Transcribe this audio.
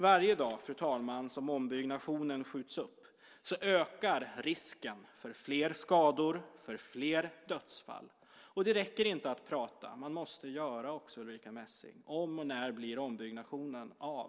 Varje dag som ombyggnationen skjuts upp ökar risken för fler skador och fler dödsfall. Det räcker inte att tala. Man måste göra något också, Ulrica Messing. Om och när blir ombyggnationen av?